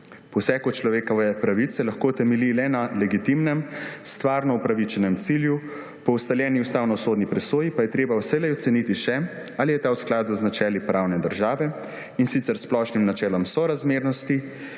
Poseg v človekove pravice lahko temelji le na legitimnem, stvarno upravičenem cilju, po ustaljeni ustavnosodni presoji pa je treba vselej oceniti še, ali je ta v skladu z načeli pravne države, in sicer s splošnim načelom sorazmernosti,